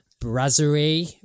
Brasserie